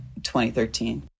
2013